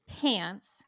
pants